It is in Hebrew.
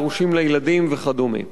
דרושים לילדים וכדומה.